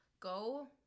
Go